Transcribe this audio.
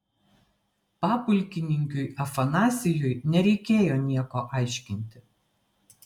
papulkininkiui afanasijui nereikėjo nieko aiškinti